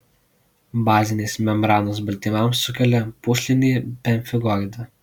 bazinės membranos baltymams sukelia pūslinį pemfigoidą